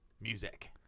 music